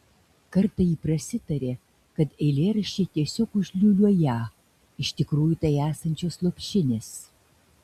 kartą ji prasitarė kad eilėraščiai tiesiog užliūliuoją iš tikrųjų tai esančios lopšinės